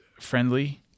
friendly